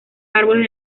árboles